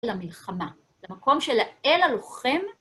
למלחמה, למקום של האל הלוחם.